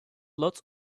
lots